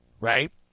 right